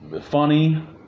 funny